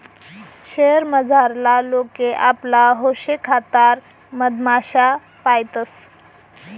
शयेर मझारला लोके आपला हौशेखातर मधमाश्या पायतंस